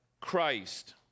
Christ